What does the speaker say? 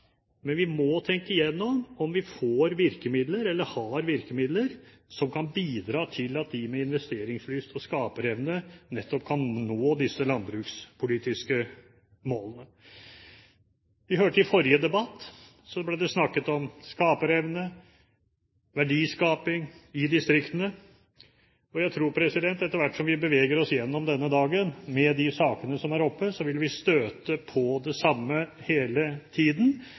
men vi må tenke gjennom om vi får virkemidler eller har virkemidler som kan bidra til at de med investeringslyst og skaperevne nettopp kan nå disse landbrukspolitiske målene. Vi hørte i forrige debatt at det ble snakket om skaperevne, verdiskaping i distriktene, og jeg tror at etter hvert som vi beveger oss gjennom denne dagen med de sakene som er oppe, vil vi støte på det samme hele tiden